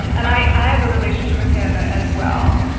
and i i have a relationship with him as well.